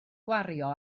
gwario